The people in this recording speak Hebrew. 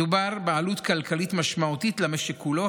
מדובר בעלות כלכלית משמעותית למשק כולו,